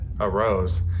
arose